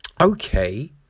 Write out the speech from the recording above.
okay